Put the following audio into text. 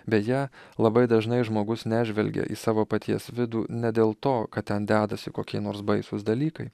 beje labai dažnai žmogus nežvelgia į savo paties vidų ne dėl to kad ten dedasi kokie nors baisūs dalykai